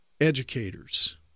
Educators